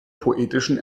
poetischen